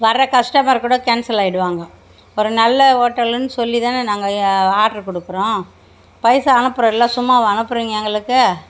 வர கஸ்டமர் கூட கேன்சலாகிடுவாங்க ஒரு நல்ல ஓட்டலுன்னு சொல்லிதானே நாங்கள் ஆட்ரு கொடுக்குறோம் பைசா அனுப்புறோமில சும்மாவா அனுப்புறிங்க எங்களுக்கு